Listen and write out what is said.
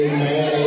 Amen